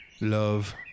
Love